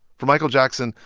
for michael jackson,